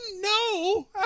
no